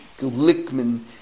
Glickman